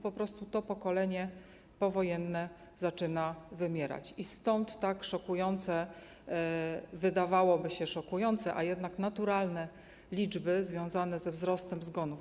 Po prostu to pokolenie powojenne zaczyna wymierać i stąd tak, wydawałoby się, szokujące, a jednak naturalne liczby związane ze wzrostem zgonów.